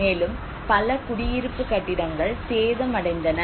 மேலும் பல குடியிருப்பு கட்டிடங்கள் சேதமடைந்தன